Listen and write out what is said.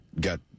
got